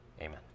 Amen